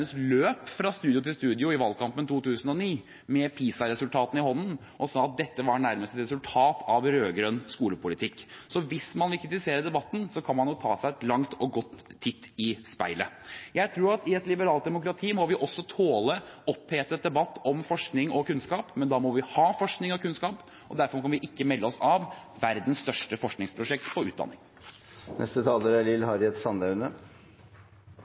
løp fra studio til studio med PISA-resultatene i hånden, og sa at dette nærmest var et resultat av rød-grønn skolepolitikk. Hvis man vil kritisere debatten, kan man jo ta seg en lang og god titt i speilet. Jeg tror at i et liberalt demokrati må vi også tåle opphetet debatt om forskning og kunnskap, men da må vi ha forskning og kunnskap. Derfor kan vi ikke melde oss av verdens største forskningsprosjekt